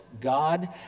God